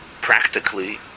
practically